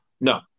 no